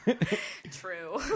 True